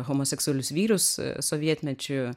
homoseksualius vyrus sovietmečiu